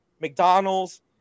mcdonald's